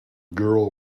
girl